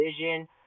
vision